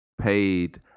paid